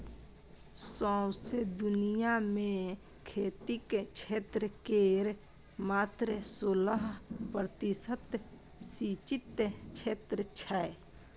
सौंसे दुनियाँ मे खेतीक क्षेत्र केर मात्र सोलह प्रतिशत सिचिंत क्षेत्र छै